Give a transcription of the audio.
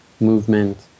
movement